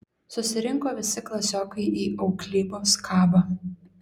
susirinko visi klasiokai į auklybos kabą